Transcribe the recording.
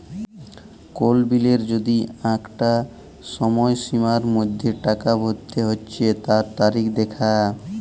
কোল বিলের যদি আঁকটা সময়সীমার মধ্যে টাকা ভরতে হচ্যে তার তারিখ দ্যাখা